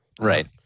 Right